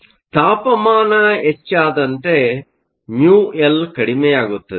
ಆದ್ದರಿಂದ ತಾಪಮಾನ ಹೆಚ್ಚಾದಂತೆ ಮ್ಯೂಎಲ್μL ಕಡಿಮೆಯಾಗುತ್ತದೆ